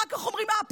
אחר כך אומרים: אה,